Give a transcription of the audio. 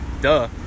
duh